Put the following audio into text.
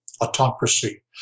autocracy